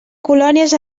colònies